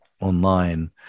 online